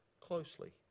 closely